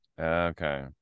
Okay